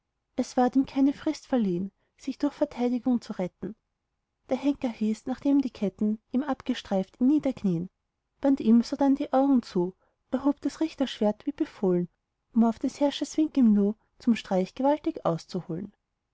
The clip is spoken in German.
es ward ihm keine frist verliehn sich durch verteidigung zu retten der henker hieß nachdem die ketten ihm abgestreift ihn niederknien band ihm sodann die augen zu erhob das richtschwert wie befohlen um auf des herrschers wink im nu zum streich gewaltig auszuholen